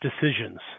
decisions